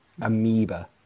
amoeba